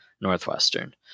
northwestern